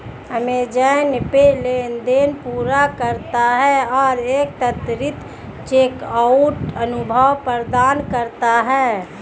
Amazon पे लेनदेन पूरा करता है और एक त्वरित चेकआउट अनुभव प्रदान करता है